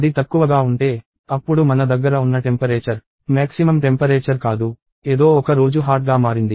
అది తక్కువగా ఉంటే అప్పుడు మన దగ్గర ఉన్న టెంపరేచర్ మ్యాక్సిమమ్ టెంపరేచర్ కాదు ఎదో ఒక రోజు హాట్ గా మారింది